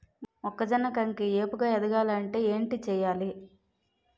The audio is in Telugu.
మొక్కజొన్న కంకి ఏపుగ ఎదగాలి అంటే ఏంటి చేయాలి?